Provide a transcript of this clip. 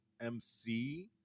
MC